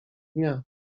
dnia